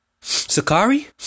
Sakari